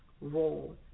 role